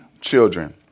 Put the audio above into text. children